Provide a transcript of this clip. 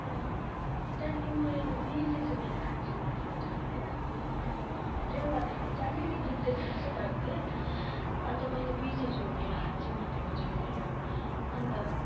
अनि त्यहाँदेखि मैले बिर्सेछु मेरो हात चाहिँ मर्केको छ भनेर अनि ड्रिल गर्दाखेरि चाहिँ अलिअलि दुख्दै थियो जस्तो गरेको थिएँ अन्त मैले बिर्सेछु मेरो हात चाहिँ मर्केको छ भनेर अन्त